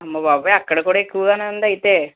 అమ్మబాబోయ్ అక్కడ కూడా ఎక్కువగానే ఉందయితే